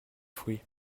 fruits